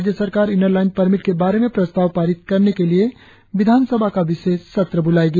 राज्य सरकार inner line permit के बारे में प्रस्ताव पारित करने के लिए विधानसभा का विशेष सत्र बुलाएगी